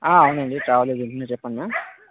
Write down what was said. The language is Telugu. ఆ అవునండి ట్రావెల్ ఏజెంట్ నే చెప్పండి మ్యామ్